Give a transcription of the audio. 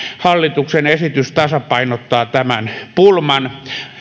hallituksen esitys tasapainottaa tämän pulman